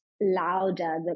louder